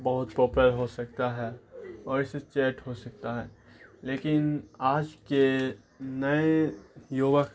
بہت پوپر ہو سکتا ہے اور اسے چیٹ ہو سکتا ہے لیکن آج کے نئے یووک